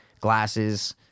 Glasses